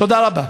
תודה רבה.